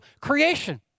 creation